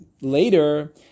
later